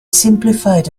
simplified